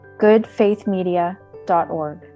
goodfaithmedia.org